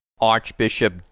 Archbishop